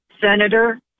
senator